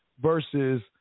versus